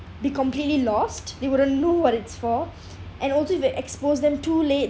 be completely lost they wouldn't know what it's for and also if we expose them too late